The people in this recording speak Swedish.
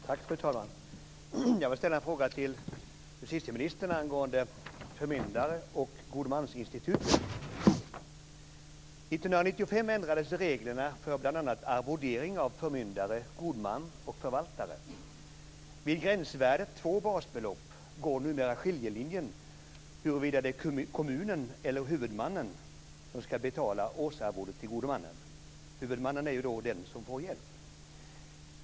Fru talman! Jag vill ställa en fråga till justitieministern angående förmyndare och godmansinstitutet. År 1995 ändrades reglerna för bl.a. arvodering av förmyndare, god man och förvaltare. Vid gränsvärdet två basbelopp går numera skiljelinjen huruvida det är kommunen eller huvudmannen som ska betala årsarvodet till gode mannen. Huvudmannen är den som får hjälp.